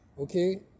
okay